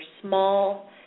small